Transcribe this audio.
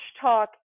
talk